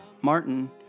Martin